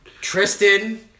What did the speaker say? Tristan